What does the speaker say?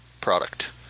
product